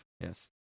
Yes